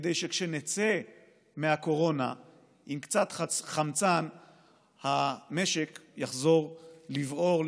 כדי שכשנצא מהקורונה עם קצת חמצן המשק יחזור לבעור,